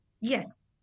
yes